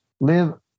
live